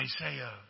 Isaiah